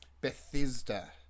Bethesda